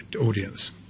audience